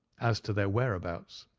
as to their whereabouts.